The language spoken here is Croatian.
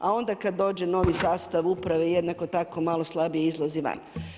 A onda kad dođe novi sastav uprave, jednako tako malo slabije izlazi van.